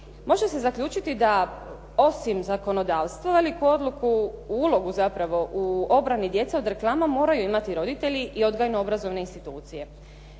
Može se zaključiti da osim zakonodavstvo, veliku odluku, ulogu zapravo u obrani djece od reklama moraju imati roditelji i odgojno-obrazovne institucije.